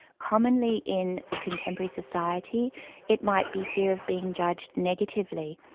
commonly in contemporary society it might be fear of being judged negatively,